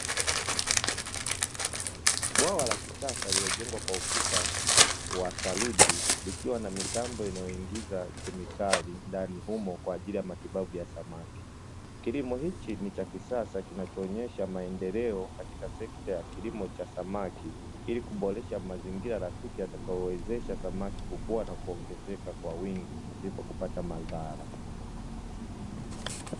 Bwawa la kisasa lililojengwa kwa ukuta wa saruji, likiwa na mitambo inayoingiza kemikali ndani humo kwa ajili ya matibabu ya samaki. Kilimo hichi ni cha kisasa kinachoonyesha maendeleo katika sekta ya kilimo cha samaki ili kuboresha mazingira rafiki yatakayowezesha samaki kukua na kuongezeka kwa wingi bila kupata madhara.